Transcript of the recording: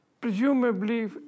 presumably